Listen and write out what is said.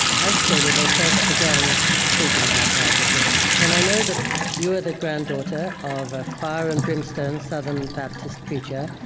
as children, they first began thinking about larger things. and i know that you are the granddaughter of a fire and brimstone southern baptist preacher.